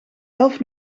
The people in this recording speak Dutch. elf